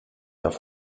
auf